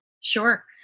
Sure